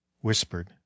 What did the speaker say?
whispered